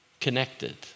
connected